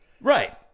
Right